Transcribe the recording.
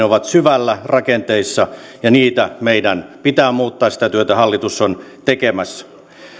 ovat syvällä rakenteissa ja niitä meidän pitää muuttaa ja sitä työtä hallitus on tekemässä